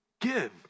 give